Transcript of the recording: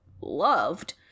loved